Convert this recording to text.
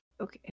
okay